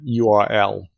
URL